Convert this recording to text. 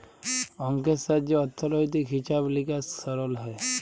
অংকের সাহায্যে অথ্থলৈতিক হিছাব লিকাস সরল হ্যয়